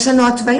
יש לנו התוויות.